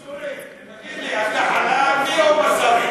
צורי, תגיד לי, אתה חלבי או בשרי?